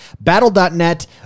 Battle.net